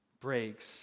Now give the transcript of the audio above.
breaks